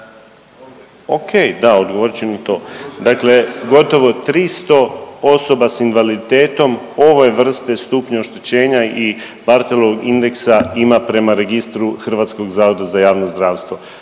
ok da odgovorit ću i na to. Dakle, gotovo 300 osoba s invaliditetom ove vrste stupnja oštećenja i Barthelovog indeksa ima prema registru HZJZ-a. Već sam spomenuo,